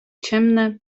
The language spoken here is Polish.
ciemne